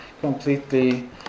completely